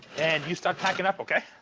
and you start packing up, ok?